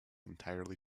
entirely